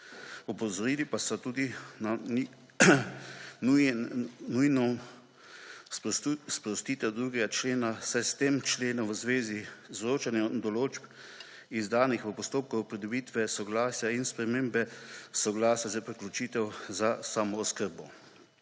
Opozorili pa so tudi na nujno sprostitev 2. člena, saj s tem členom v zvezi z določanjem določb izdanih v postopku pridobitve soglasja in spremembe soglasja za priključitev za samooskrbo.